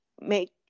make